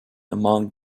among